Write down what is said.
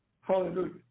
Hallelujah